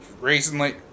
recently